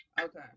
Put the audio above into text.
Okay